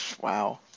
wow